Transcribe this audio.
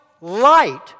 light